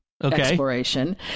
exploration